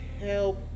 help